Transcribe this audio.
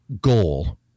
goal